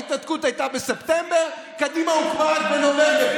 ההתנתקות הייתה בספטמבר, קדימה הוקמה רק בנובמבר.